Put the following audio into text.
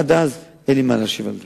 עד אז, אין לי מה להשיב על זה.